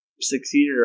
Succeeded